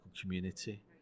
community